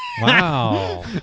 Wow